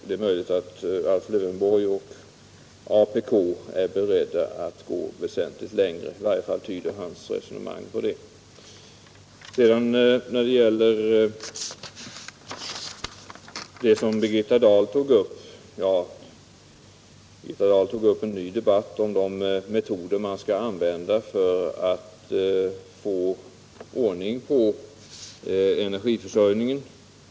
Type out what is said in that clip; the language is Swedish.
Det är möjligt att Alf Lövenborg och apk är beredda att gå väsentligt längre; i varje fall tyder hans resonemang på det. Birgitta Dahl tog upp en ny debatt om de styrmedel som kan komma till användning för att vi skall få ordning på energiförsörjningen.